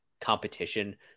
competition